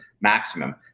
maximum